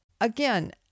again